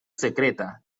secreta